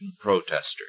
protesters